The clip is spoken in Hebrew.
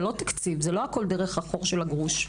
זה לא תקציב, זה לא הכול דרך החור של הגרוש.